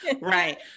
right